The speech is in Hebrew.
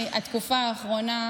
התקופה האחרונה,